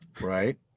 Right